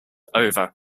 over